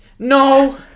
No